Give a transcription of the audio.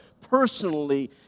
personally